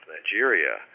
Nigeria